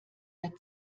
der